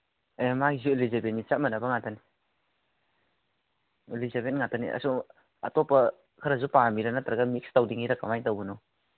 ꯑꯦ ꯃꯥꯏꯁꯨ ꯏꯂꯤꯖꯕꯦꯠꯅꯤ ꯆꯞ ꯃꯥꯅꯕ ꯉꯥꯛꯇꯅꯤ ꯏꯂꯤꯖꯕꯦꯠ ꯉꯥꯛꯇꯅꯤ ꯑꯁꯣꯝ ꯑꯇꯣꯞꯄ ꯈꯔꯁꯨ ꯄꯥꯝꯃꯤꯔꯥ ꯅꯠꯇ꯭ꯔꯒ ꯃꯤꯛꯁ ꯇꯧꯅꯤꯡꯉꯤꯔꯥ ꯀꯃꯥꯏ ꯇꯧꯕꯅꯣ